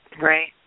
Right